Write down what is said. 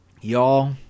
y'all